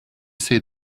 see